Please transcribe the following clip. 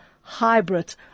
hybrid